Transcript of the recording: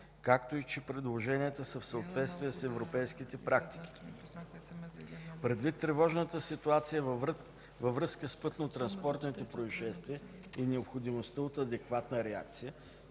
както и че предложенията са в съответствие с европейските практики. Предвид тревожната ситуация във връзка с пътнотранспортните произшествия и необходимостта от адекватна реакция,